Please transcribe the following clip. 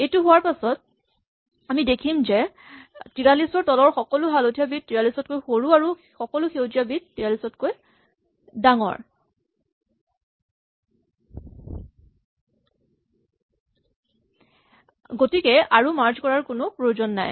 এইটো হোৱাৰ পাছত আমি দেখিম যে ৪৩ ৰ তলৰ সকলো হালধীয়া বিট ৪৩ তকৈ সৰু আৰু ওপৰৰ সকলো সেউজীয়া বিট ৪৩ তকৈ ডাঙৰ গতিকে আৰু মাৰ্জ কৰাৰ কোনো প্ৰয়োজন নাই